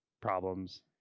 problems